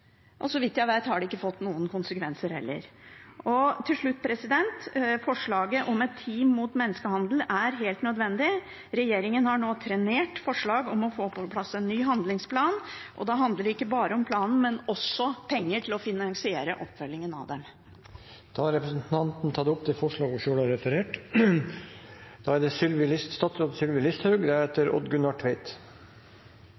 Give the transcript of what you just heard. Så vidt jeg vet, har det ikke fått noen konsekvenser heller. Til slutt: Forslaget om team mot menneskehandel er helt nødvendig. Regjeringen har nå trenert forslag om å få på plass en ny handlingsplan, og da handler det ikke bare om planen, men også om penger til å finansiere oppfølgingen av den. Representanten Karin Andersen har tatt opp de forslagene hun refererte til. Utlendingsforskriften § 8-8, om midlertidig tillatelse for enslige mindreårige asylsøkere fram til de er